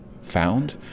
found